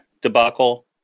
Debacle